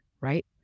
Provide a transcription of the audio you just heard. right